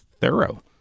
Thorough